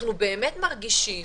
שאנחנו באמת מרגישים